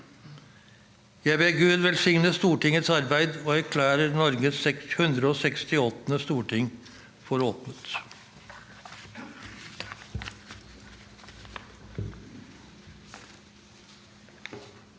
Jeg ber Gud velsigne Stortingets arbeid, og erklærer Norges 168. storting for åpnet.